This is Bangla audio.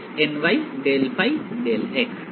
দ্বিতীয় পদটির কি হবে